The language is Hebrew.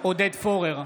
עודד פורר,